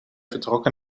vertrokken